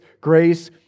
grace